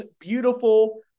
beautiful